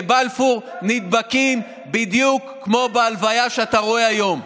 בבלפור נדבקים בדיוק כמו בהלוויה שאתה רואה היום.